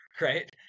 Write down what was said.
right